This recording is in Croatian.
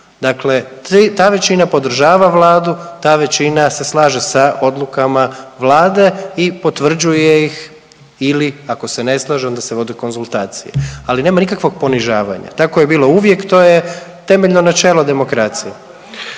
dakle ta većina podržava Vladu, ta većina se slaže sa odlukama Vlade i potvrđuje ih ili ako se ne slažu onda se vode konzultacije, ali nemam nikakvog ponižavanja, tako je bilo uvijek, to je temeljno načelo demokracije,